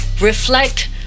reflect